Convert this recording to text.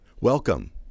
Welcome